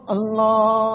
Allah